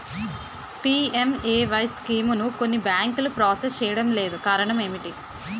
PMAY స్కీమును కొన్ని బ్యాంకులు ప్రాసెస్ చేయడం లేదు కారణం ఏమిటి?